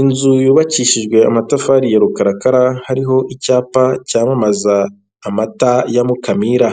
Inzu yubakishijwe amatafari ya rukarakara, hariho icyapa cyamamaza amata ya mukamira,